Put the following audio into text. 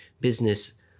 business